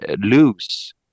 lose